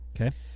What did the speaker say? Okay